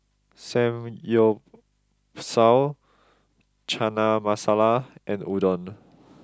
Samgyeopsal Chana Masala and Udon